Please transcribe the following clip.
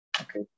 Okay